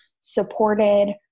supported